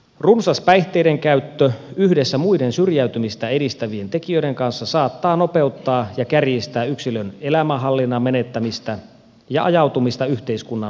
runsas päihteidenkäyttö yhdessä muiden syrjäytymistä edistävien tekijöiden kanssa saattaa nopeuttaa ja kärjistää yksilön elämänhallinnan menettämistä ja ajautumista yhteiskunnan ulkopuolelle